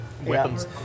weapons